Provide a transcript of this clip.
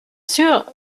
sûr